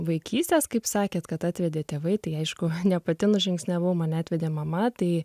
vaikystės kaip sakėt kad atvedė tėvai tai aišku ne pati nužingsniavau mane atvedė mama tai